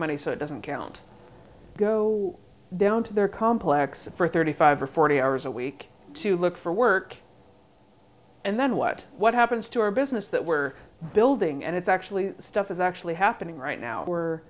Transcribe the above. money so it doesn't count go down to their complex for thirty five or forty hours a week to look for work and then what what happens to our business that we're building and it's actually stuff is actually happening right now were